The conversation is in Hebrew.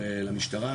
למשטרה,